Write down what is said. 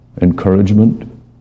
encouragement